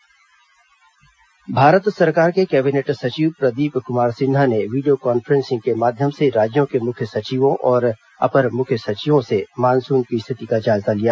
cabinet सचिव video conferencing Bharat सरकार के कैबिनेट सचिव प्रदीप कुमार सिन्हा ने वीडियो कॉन्फ्रेंसिंग के माध्यम से राज्यों के मुख्य सचिवों और अपर मुख्य सचिवों से मानसून की स्थिति का जायजा लिया